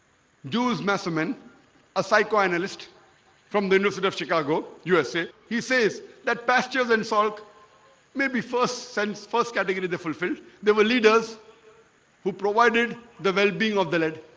dues measurement a psychoanalyst from the university and sort of chicago usa he says that pastures and sulk may be first sense first category the fulfilled there were leaders who provided the well-being of the lead?